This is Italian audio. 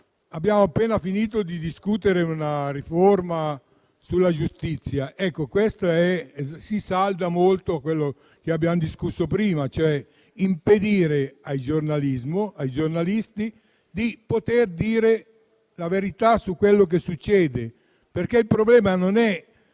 abbiamo appena finito di discutere una riforma sulla giustizia: questo si salda molto a quanto abbiamo discusso prima, cioè impedire ai giornalismo e ai giornalisti di dire la verità su quello che succede. Il problema non è